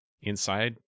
inside